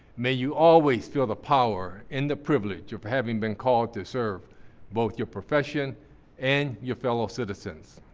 may you always feel the power and the privilege of having been called to serve both your profession and your fellow citizens.